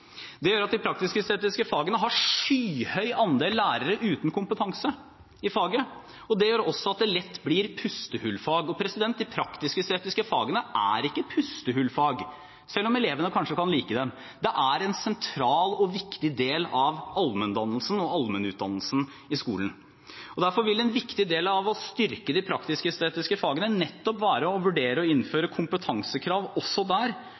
Det gjør at de praktisk-estetiske fagene har en skyhøy andel lærere uten kompetanse i faget, og det gjør også at det lett blir pustehullsfag. De praktisk-estetiske fagene er ikke pustehullsfag, selv om elevene kanskje kan like dem, de er en sentral og viktig del av allmenndannelsen og allmennutdannelsen i skolen. Derfor vil en viktig del av å styrke de praktisk-estetiske fagene nettopp være å vurdere å innføre kompetansekrav for nye lærere også der,